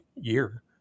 year